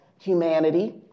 humanity